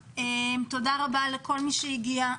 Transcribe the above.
תודה רבה לכל מי שהגיע,